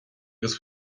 agus